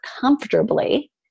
comfortably